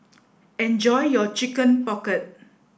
enjoy your chicken pocket